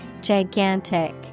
Gigantic